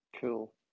Cool